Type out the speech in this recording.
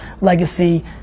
legacy